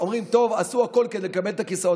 אומרים שהם עשו הכול כדי לקבל את הכיסאות,